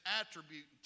attribute